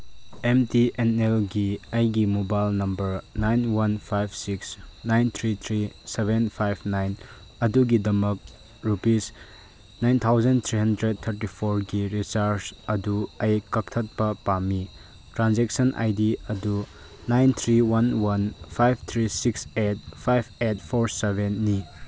M T N ꯑꯦꯜꯒꯤ ꯑꯩꯒꯤ mobile number nine one five six nine three three seven five nine ꯑꯗꯨꯒꯤꯗꯃꯛ rupees nine thousand three hundred thirty ꯐꯣꯔꯒꯤ recharge ꯑꯗꯨ ꯑꯩ ꯀꯛꯊꯠꯄ ꯄꯥꯝꯃꯤ ꯇ꯭ꯔꯥꯟꯖꯦꯛꯁꯟ ꯑꯥꯏ ꯗꯤ ꯑꯗꯨ nine three one one five three six eight five eight four ꯁꯚꯦꯟꯅꯤ